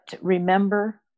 remember